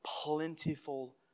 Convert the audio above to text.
Plentiful